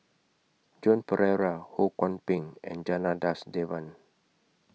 Joan Pereira Ho Kwon Ping and Janadas Devan